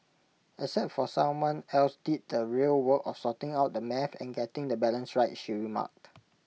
except for someone else did the real work of sorting out the math and getting the balance right she remarked